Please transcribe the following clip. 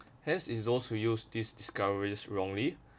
hence it's those who used these discoveries wrongly